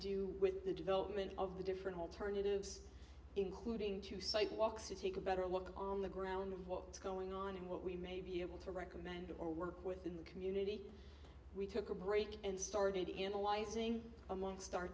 do with the development of the different alternatives including two sidewalks to take a better look on the ground of what's going on and what we may be able to recommend or work with in the community we took a break and started in a wising among st